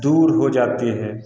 दूर हो जाते हैं